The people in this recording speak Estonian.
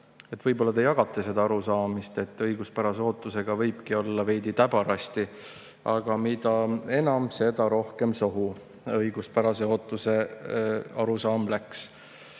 võib-olla te jagate seda arusaamist, et õiguspärase ootusega võibki olla veidi täbarasti. Aga mida edasi, seda rohkem sohu õiguspärase ootuse arusaam läks.